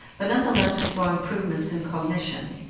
but nonetheless we saw improvements in cognition.